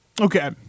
Okay